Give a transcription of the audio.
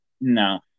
No